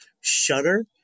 Shudder